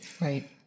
Right